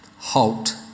halt